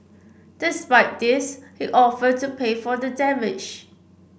despite this he offered to pay for the damage